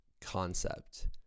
concept